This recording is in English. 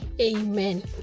Amen